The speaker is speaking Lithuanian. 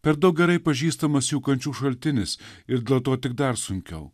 per daug gerai pažįstamas jų kančių šaltinis ir dėl to tik dar sunkiau